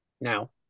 now